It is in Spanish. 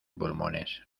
pulmones